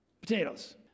potatoes